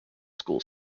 school